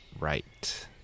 Right